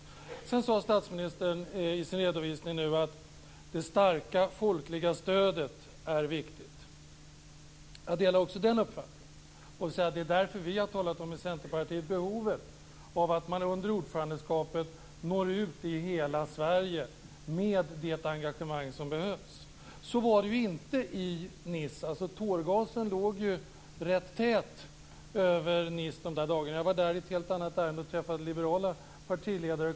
I sin redovisning här sade statsministern att ett starkt folkligt stöd är viktigt. Jag delar också den uppfattningen. Det är därför som vi i Centerpartiet har talat om behovet av att under ordförandskapet nå ut till hela Sverige med det engagemang som behövs. Så var det ju inte i Nice. Tårgasen låg rätt tät över Nice de aktuella dagarna. Jag var där nere i ett helt annat ärende och träffade liberala partiledare.